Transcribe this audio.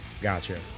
gotcha